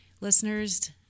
listeners